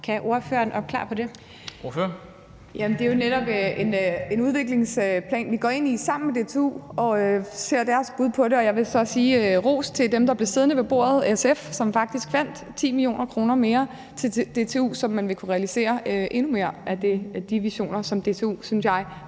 Ida Auken (S): Jamen det er jo netop en udviklingsplan, vi går ind i sammen med DTU, og vi ser deres bud på det. Og jeg vil så give ros til dem, der blev siddende ved bordet, nemlig SF, som faktisk fandt 10 mio. kr. mere til DTU, så man vil kunne realisere endnu flere af de visioner, som DTU, synes jeg,